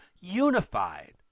unified